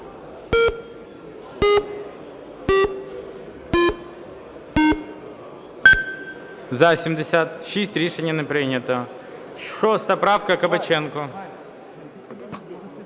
За-76 Рішення не прийнято. 6 правка, Кабаченко.